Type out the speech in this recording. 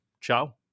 ciao